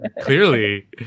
clearly